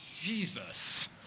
Jesus